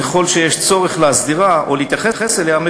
ככל שיש צורך להסדירה או להתייחס אליה,